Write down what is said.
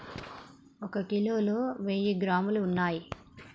ఒక కిలోలో వెయ్యి గ్రాములు ఉన్నయ్